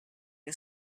che